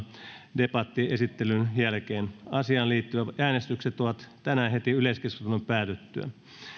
debatin esittelyn jälkeen asiaan liittyvät äänestykset ovat tänään heti yleiskeskustelun päätyttyä